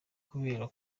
kubera